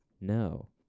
No